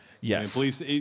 Yes